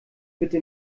bitte